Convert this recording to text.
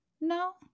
No